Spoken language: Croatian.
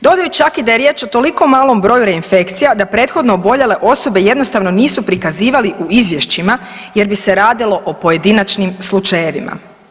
Dodaju čak i da je riječ o toliko malom broju reinfekcija da prethodno oboljele osobe jednostavno nisu prikazivali u izvješćima jer bi se radilo o pojedinačnim slučajevima.